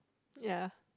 ya